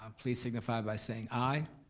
um please signify by saying aye.